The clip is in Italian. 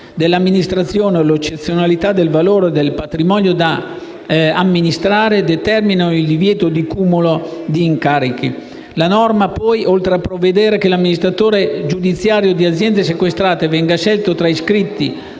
dell'amministrazione o l'eccezionalità del valore del patrimonio da amministrare determinano il divieto di cumulo di incarichi. La norma, poi, oltre a prevedere che l'amministratore giudiziario di aziende sequestrate venga scelto tra gli iscritti